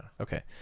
Okay